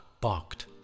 barked